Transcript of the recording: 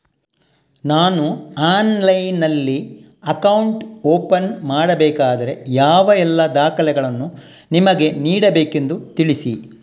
ನಾನು ಆನ್ಲೈನ್ನಲ್ಲಿ account open ಮಾಡಬೇಕಾದರೆ ಯಾವ ಎಲ್ಲ ದಾಖಲೆಗಳನ್ನು ನಿಮಗೆ ನೀಡಬೇಕೆಂದು ತಿಳಿಸಿ?